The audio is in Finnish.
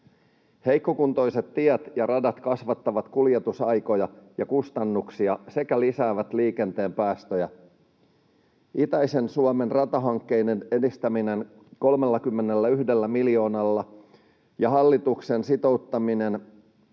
Heikkokuntoiset tiet ja radat kasvattavat kuljetusaikoja ja kustannuksia sekä lisäävät liikenteen päästöjä. Itäisen Suomen ratahankkeiden edistäminen 31 miljoonalla ja hallituksen sitoutuminen